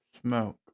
smoke